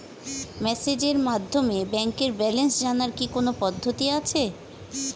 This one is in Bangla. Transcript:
মেসেজের মাধ্যমে ব্যাংকের ব্যালেন্স জানার কি কোন পদ্ধতি আছে?